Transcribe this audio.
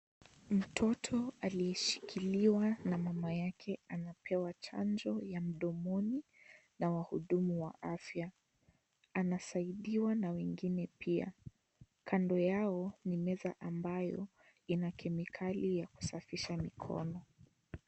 Mtoto aliyeshikiliwa na mama yake anapewa chanjo ya mdomoni na wahudumu wa afya, anasaidiwa na wengine pia. kando yao ni meza ambayo ina kemikali ya kusafisha mikono.